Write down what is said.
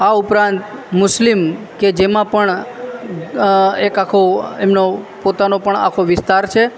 આ ઉપરાંત મુસ્લિમ કે જેમાં પણ એક આખો એમનું પોતાનો પણ આખો વિસ્તાર છે